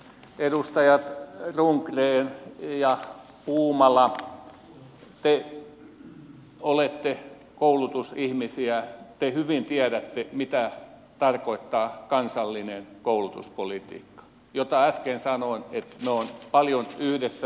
edustajat rundgren ja puumala te olette koulutusihmisiä te hyvin tiedätte mitä tarkoittaa kansallinen koulutuspolitiikka josta äsken sanoin että me olemme sitä paljon yhdessä tehneet